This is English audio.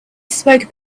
spoke